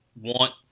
want